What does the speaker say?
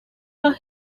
are